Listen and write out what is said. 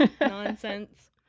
nonsense